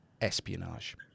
espionage